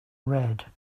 red